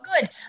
good